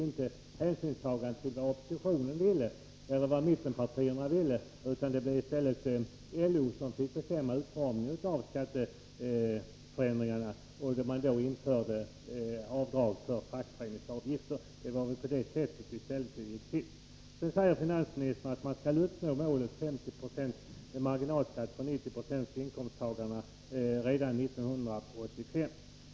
I de fortsatta resonemangen togs ingen hänsyn till vad mittenpartierna ville, utan det blev i stället LO som fick bestämma utformningen av skatteförändringarna, och det var då man införde avdrag för fackföreningsavgifter. Det var så det gick till. Sedan säger finansministern att man skall uppnå målet 50 26 marginalskatt för 90 70 av inkomsttagarna redan 1985.